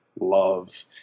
love